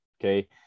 Okay